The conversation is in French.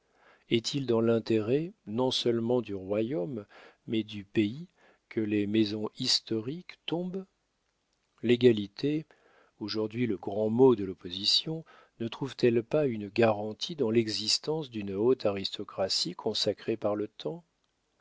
est-il dans l'intérêt non-seulement du royaume mais du pays que les maisons historiques tombent l'égalité aujourd'hui le grand mot de l'opposition ne trouve-t-elle pas une garantie dans l'existence d'une haute aristocratie consacrée par le temps